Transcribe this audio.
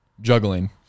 Juggling